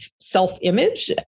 self-image